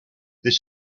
this